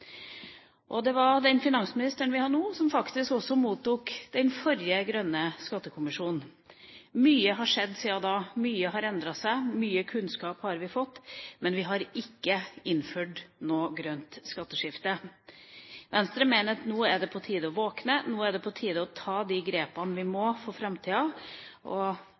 Det var den finansministeren vi har nå, som faktisk også mottok den forrige grønne skattekommisjonen. Mye har skjedd siden da, mye har endret seg. Mye kunnskap har vi fått, men vi har ikke innført noe grønt skatteskifte. Venstre mener at nå er det på tide å våkne, nå er det på tide å ta de grepene vi må ta for framtida.